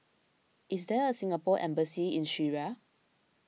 is there a Singapore Embassy in Syria